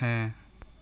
ᱦᱮᱸ